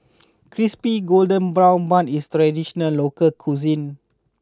Crispy Golden Brown Bun is a traditional local cuisine